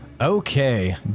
Okay